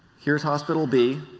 here is hospital b,